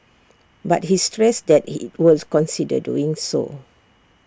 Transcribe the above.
but he stressed that IT was consider doing so